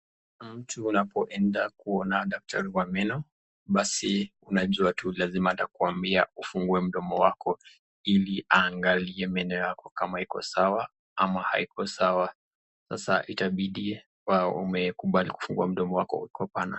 Mtu unapoenda kuona daktari wa meno, basi unajua tu lazima atakwambia ufungue mdomo wako. Ili aangalie meno yako kama iko sawa ama haiko sawa, sasa itabidi umekubali kufungua mdomo wako uwe pana.